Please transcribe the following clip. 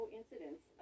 incidents